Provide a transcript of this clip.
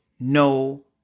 No